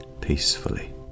Peacefully